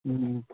ꯎꯝ